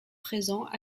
présent